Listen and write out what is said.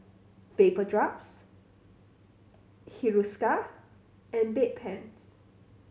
Vapodrops Hiruscar and Bedpans